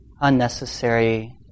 unnecessary